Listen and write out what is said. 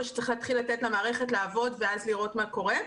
שצריך להתחיל לתת למערכת לעבוד ואז לראות מה קורה,